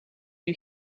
you